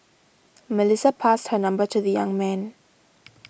Melissa passed her number to the young man